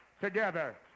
together